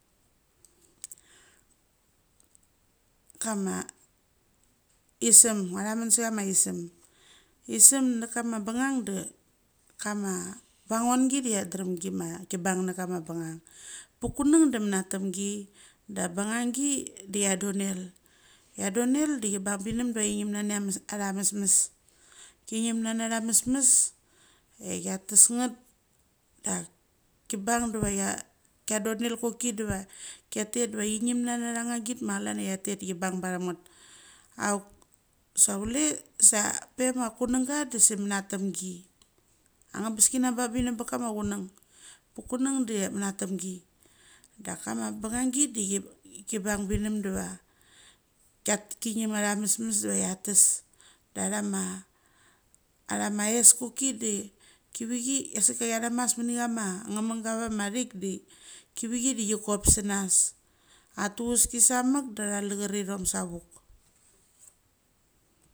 Kama i sem athaman sa ma isem isem nge kama bangng da kama vengichi da chadriam kima kibang na kama bang. Pa kung da menatamgi da bangang da chadonel, chadonel da thibang binem da chinem chnea nani acha masmas cha kia tes nget chadonel koki deva thetet deva nani atha git ma chlan chra. Cha tet da chi bang pathem nget. Auk sa chula sape ma kunga da sa mentemgi angbe kina bang binem pa kama kunga. Pa kung da menatemgi. Da bangngi de chadonel, chadonew chinem nani ahha masmas cha kia tes nget chadonel koki di va thetet deva chunow nani atha git ma chlan chia chi tet da bang pathem nget. Auk sa chula sa pe ma kunga da sa manatemgi angbes ki na bangbinem pa kama kung. Pa kung da manamtemgi daka ma bangngi de chibang binem deva chinem atha masmas deva chia tesh. Da chama ess koki de kivichi a sika thanamas mini chama ngemenga ava ma thik de kiva de chicopsenas. Ateveski samek da athalarchitom savuk.